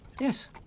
Yes